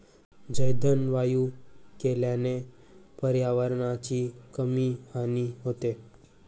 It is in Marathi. जैवइंधन वायू केल्याने पर्यावरणाची कमी हानी होते